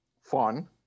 fun